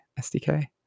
SDK